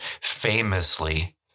famously